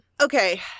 okay